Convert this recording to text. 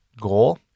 goal